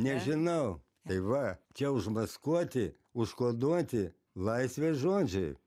nežinau tai va čia užmaskuoti užkoduoti laisvės žodžiai